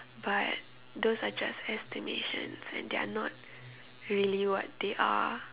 but those are just estimations and they are not really what they are